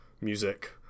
music